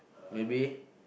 maybe